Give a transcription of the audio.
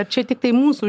ar čia tiktai mūsų